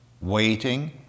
waiting